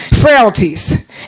Frailties